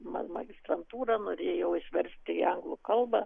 man magistrantūrą norėjau išversti į anglų kalbą